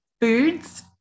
foods